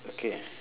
okay